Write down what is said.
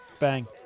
Bang